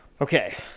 Okay